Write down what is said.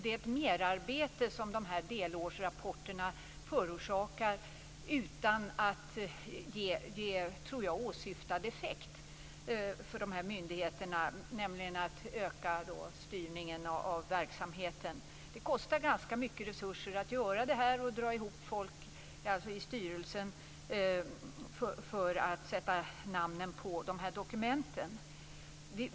Det merarbete som dessa delårsrapporter förorsakar utan att, tror jag, ge åsyftad effekt för dessa myndigheter, nämligen att öka styrningen av verksamheten, kostar ganska mycket resurser när man skall dra ihop folk i styrelsen för att sätta namnen på dessa dokument.